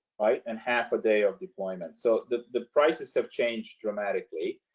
right and half a day of deployment. so the the prices have changed dramatically.